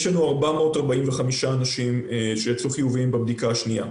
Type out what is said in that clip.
יש 445 אנשים שיצאו חיוביים בבדיקה השנייה.